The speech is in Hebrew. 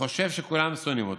וחושב שכולם שונאים אותו,